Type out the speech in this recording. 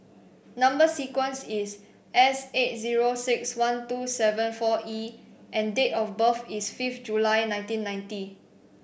number sequence is S eight zero six one two seven four E and date of birth is fifth July nineteen ninety